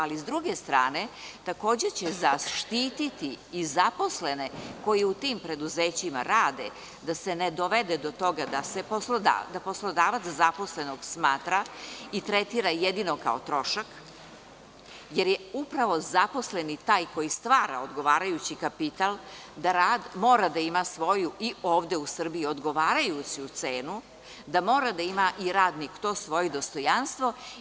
Ali, s druge strane, takođe će zaštititi i zaposlene koji u tim preduzećima rade da se ne dovede do toga da poslodavac zaposlenog smatra i tretira jedino kao trošak, jer je upravo zaposleni taj koji stvara odgovarajući kapital, da rad mora da ima svoju, i ovde u Srbiji, odgovarajuću cenu, da mora da ima i radnik to svoje dostojanstvo.